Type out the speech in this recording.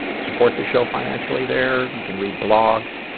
support the show financially there, you can read blogs,